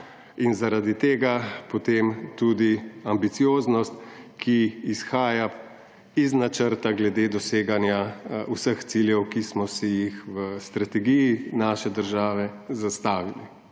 zaradi tega potem tudi ambicioznost, ki izhaja iz načrta glede doseganja vseh ciljev, ki smo si jih v strategiji naše države zastavil;